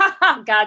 God